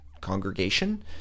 congregation